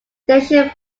stationed